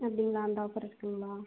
அப்படிங்களா அந்த ஆஃபர் இருக்குங்களா